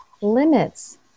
limits